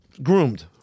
groomed